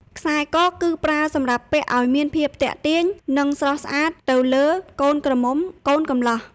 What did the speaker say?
ខ្សែក គឺប្រើសម្រាប់ពាក់អោយមានភាពទាក់ទាញនិងស្រស់ស្អាតទៅលើកូនក្រមុំកូនកំលោះ។